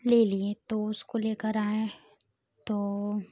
ले लिए तो उसको ले कर आए तो